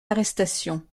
arrestations